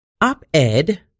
Op-Ed